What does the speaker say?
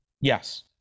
Yes